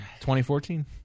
2014